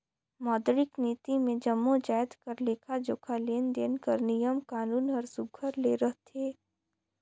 मौद्रिक नीति मे जम्मो जाएत कर लेखा जोखा, लेन देन कर नियम कानून हर सुग्घर ले रहथे